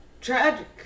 tragic